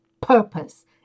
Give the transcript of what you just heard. purpose